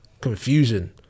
confusion